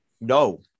No